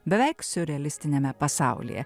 beveik siurrealistiniame pasaulyje